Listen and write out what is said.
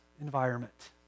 environment